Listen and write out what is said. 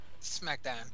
Smackdown